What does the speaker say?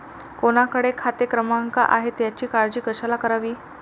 कोणाकडे खाते क्रमांक आहेत याची काळजी कशाला करावी